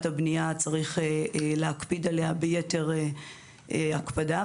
הבנייה שצריך להקפיד עליה ביתר הקפדה.